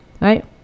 right